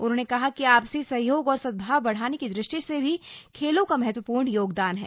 उन्होंने कहा कि आपसी सहयोग और सद्भाव बढ़ाने की दृष्टि से भी खेलों का महत्वपूर्ण योगदान है